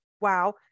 wow